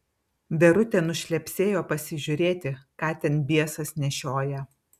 verutė nušlepsėjo pasižiūrėti ką ten biesas nešioja